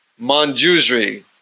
Manjusri